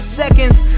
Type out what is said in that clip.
seconds